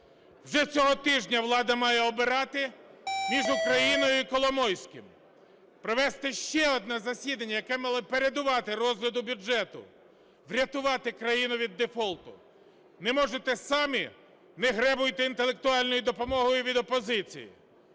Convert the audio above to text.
Вже цього тижня влада має обирати між Україною і Коломойським, провести ще одне засідання, яке мало передувати розгляду бюджету, врятувати країну від дефолту. Не можете самі – не гребуйте інтелектуальною допомогою від опозиції!